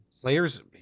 players